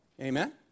Amen